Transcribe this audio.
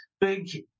big